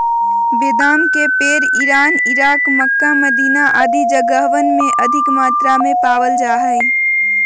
बेदाम के पेड़ इरान, इराक, मक्का, मदीना आदि जगहवन में अधिक मात्रा में पावल जा हई